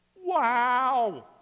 Wow